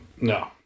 no